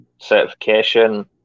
certification